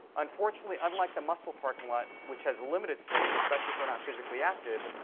unfortunately, unlike the muscle parking lot, which has limited space, especially if we're not physically active,